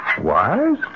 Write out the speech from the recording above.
Wise